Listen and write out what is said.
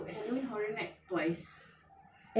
at least you went for the halloween horror night sis